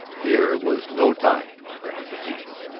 here was no time for hesitation.